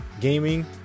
gaming